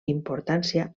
importància